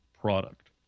product